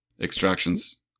Extractions